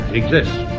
exists